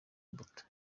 imbuto